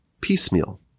piecemeal